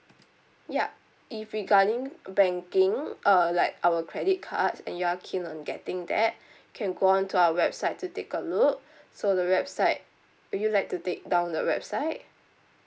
yup if regarding banking err like our credit cards and you're keen on getting that can go on to our website to take a look so the website do you like to take down the website